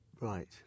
right